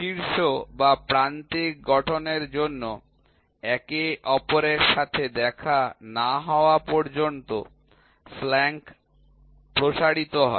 শীর্ষ বা প্রান্তিক গঠনের জন্য একে অপরের সাথে দেখা না হওয়া পর্যন্ত ফ্ল্যাঙ্ক প্রসারিত হয়